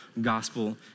gospel